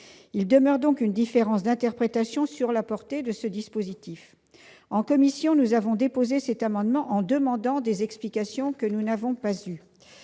écosystèmes. Une différence d'interprétation sur la portée de ce dispositif demeure. En commission, nous avons déposé cet amendement en demandant des explications que nous n'avons pas obtenues.